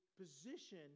position